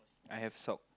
I have sock